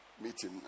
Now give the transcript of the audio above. meeting